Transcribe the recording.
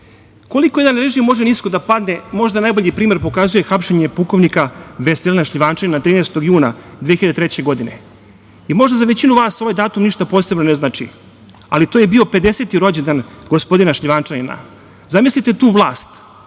Koliko jedan režim može nisko da padne, možda najbolji primer pokazuje hapšenje pukovnika Veselina Šljivančanina 13. juna 2003. godine. Možda za većinu vas ovaj datum ništa posebno ne znači, ali to je bio 50 rođendan gospodina Šljivančanina. Zamislite tu vlast,